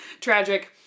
Tragic